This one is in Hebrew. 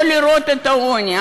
לא לראות את העוני?